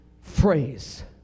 phrase